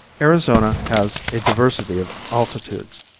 arizona has a diversity of altitudes,